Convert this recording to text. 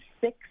six